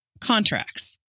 contracts